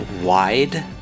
wide